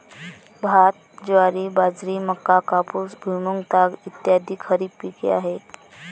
भात, ज्वारी, बाजरी, मका, कापूस, भुईमूग, ताग इ खरीप पिके आहेत